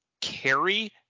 carry